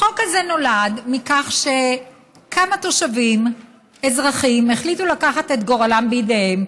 החוק הזה נולד מכך שכמה תושבים אזרחים החליטו לקחת את גורלם בידיהם.